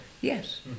Yes